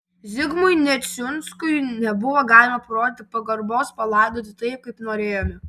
zigmui neciunskui nebuvo galima parodyti pagarbos palaidoti taip kaip norėjome